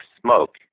smoke